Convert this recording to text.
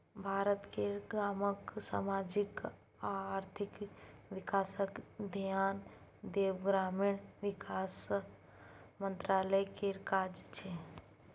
भारत केर गामक समाजिक आ आर्थिक बिकासक धेआन देब ग्रामीण बिकास मंत्रालय केर काज छै